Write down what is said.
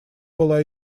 была